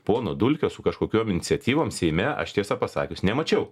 pono dulkio su kažkokiom iniciatyvom seime aš tiesą pasakius nemačiau